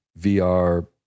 VR